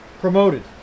promoted